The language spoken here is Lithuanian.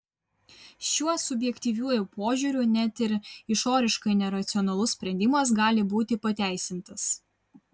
šiuo subjektyviuoju požiūriu net ir išoriškai neracionalus sprendimas gali būti pateisintas